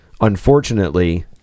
unfortunately